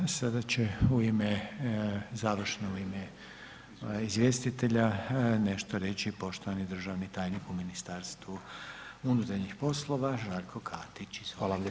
Sada će u ime završno, u ime izvjestitelja, nešto reći, poštovani državni tajnik u Ministarstvu unutarnjih poslova, Žarko Katić, izvolite.